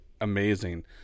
amazing